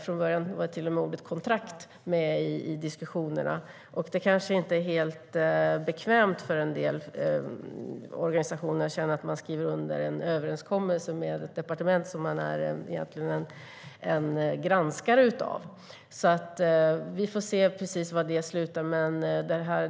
Från början var till och med ordet kontrakt med i diskussionerna. En del organisationer kanske inte känner sig helt bekväma med att skriva under en överenskommelse med ett departement som man egentligen ska granska. Vi får se var det slutar.